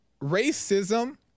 racism